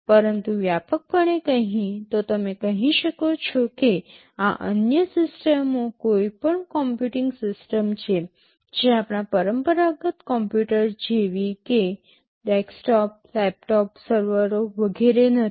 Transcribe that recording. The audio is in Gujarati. પરંતુ વ્યાપકપણે કહીએ તો તમે કહી શકો છો કે આ અન્ય સિસ્ટમો કોઈપણ કમ્પ્યુટિંગ સિસ્ટમ છે જે આપણા પરંપરાગત કમ્પ્યુટર જેવી કે ડેસ્કટોપ લેપટોપ સર્વરો વગેરે નથી